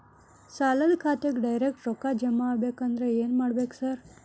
ಸಾಲದ ಖಾತೆಗೆ ಡೈರೆಕ್ಟ್ ರೊಕ್ಕಾ ಜಮಾ ಆಗ್ಬೇಕಂದ್ರ ಏನ್ ಮಾಡ್ಬೇಕ್ ಸಾರ್?